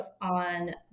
on